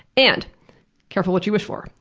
and careful what you wish for!